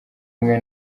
umwe